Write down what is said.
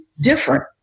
different